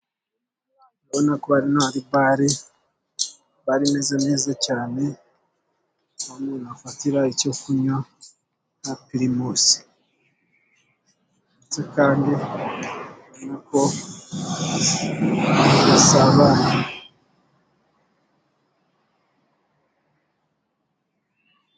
Ndabona ko hano hari baii. Bali imeze neza cyane aho umuntu afatira icyo kunywa nka pirimusi. Ndetse kandi ni uko basabana.